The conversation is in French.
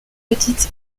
petites